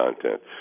content